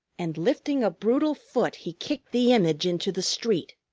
and lifting a brutal foot he kicked the image into the street.